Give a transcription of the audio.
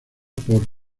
por